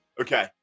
Okay